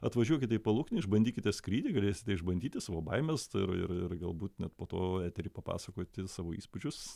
atvažiuokite į paluknį išbandykite skrydį galėsite išbandyti savo baimes ir ir ir galbūt net po to etery papasakoti savo įspūdžius